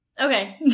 Okay